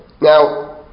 Now